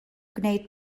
gwneud